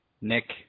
Nick